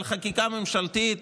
על חקיקה ממשלתית,